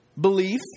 belief